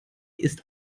ist